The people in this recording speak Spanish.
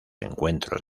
encuentros